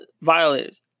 violators